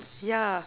yeah